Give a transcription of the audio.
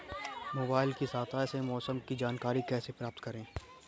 Mobile की सहायता से मौसम की जानकारी कैसे प्राप्त करें?